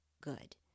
good